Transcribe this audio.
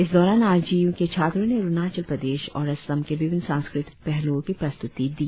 इस दौरान R G U के छात्रों ने अरुणाचल प्रदेश और असम के विभिन्न सांस्कृतिक पहल्ओं की प्रस्त्ती दी